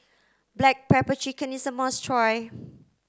black pepper chicken is a must try